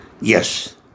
Yes